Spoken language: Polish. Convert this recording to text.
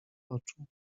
oczu